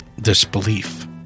disbelief